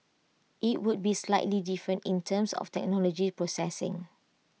IT would be slightly different in terms of technology processing